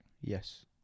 Yes